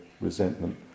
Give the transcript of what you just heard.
resentment